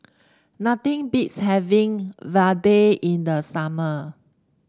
nothing beats having Vadai in the summer